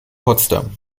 potsdam